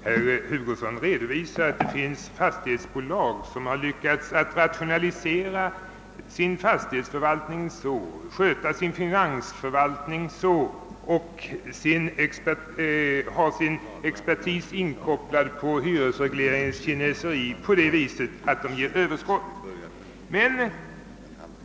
Herr talman! Herr Hugosson redovisade ett fastighetsbolag som har lyckats rationalisera sin fastighetsförvaltning och sköta sin finansförvaltning så bra och ha sin expertis inkopplad på hyresregleringens kineseri på ett sådant sätt, att fastigheterna lämnar överskott. Förhållandet